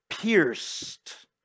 pierced